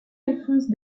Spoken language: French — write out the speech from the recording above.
alphonse